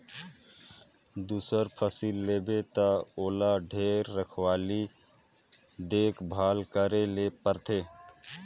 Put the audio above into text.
दूसर फसिल लेबे त ओला ढेरे रखवाली देख भाल करे ले परथे